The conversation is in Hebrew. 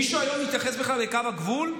מישהו היום מתייחס בכלל לקו הגבול?